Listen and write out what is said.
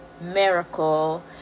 miracle